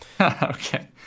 Okay